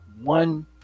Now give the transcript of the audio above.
One